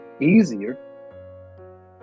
easier